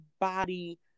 body